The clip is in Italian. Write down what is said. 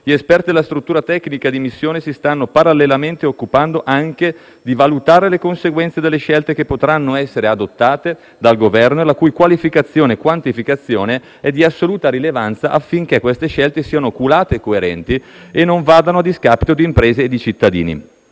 gli esperti della struttura tecnica di missione si stanno parallelamente occupando anche di valutare le conseguenze delle scelte che potranno essere adottate dal Governo e la cui qualificazione e quantificazione è di assoluta rilevanza affinché queste scelte siano oculate e coerenti e non vadano a discapito di imprese e cittadini,